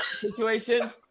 situation